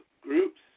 groups